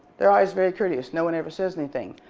they're always very courteous. no one ever says anything,